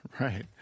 Right